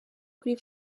kuri